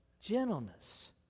gentleness